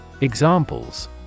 Examples